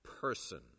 person